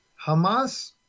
Hamas